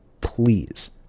please